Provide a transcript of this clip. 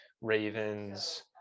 Ravens